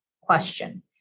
question